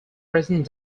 present